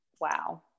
Wow